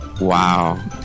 wow